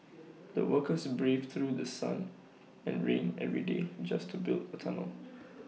the workers braved through sun and rain every day just to build A tunnel